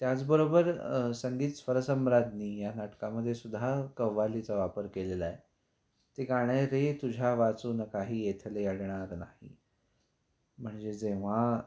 त्याचबरोबर संगीत स्वरसम्राज्ञी या नाटकामध्ये सुुद्धा कव्वालीचा वापर केलेला आहे ते गाणं आहे ते तुझ्या वाचून काही येथले अडणार नाही म्हणजे जेव्हा